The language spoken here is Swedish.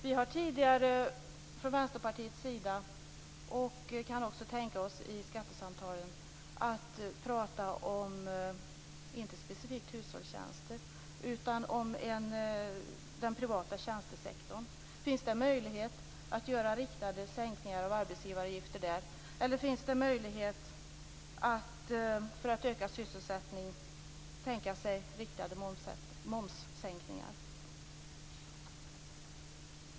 Vi har tidigare från Vänsterpartiets sida pratat om, inte specifikt hushållstjänster, utan om den privata tjänstesektorn, och vi kan också tänka oss att ta upp detta i skattesamtalen. Finns det någon möjlighet att göra riktade sänkningar av arbetsgivaravgifter där, eller finns det möjlighet att för att öka sysselsättningen tänka sig riktade momssänkningar?